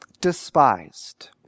despised